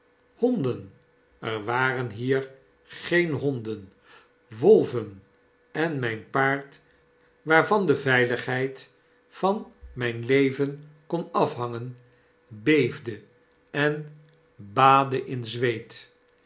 honden er waren hiergeenhonden wolven en myn paard waarvan de veiligheid van myn leven kbn afhangen beefde de gevaaevolle tocht en baadde in zweet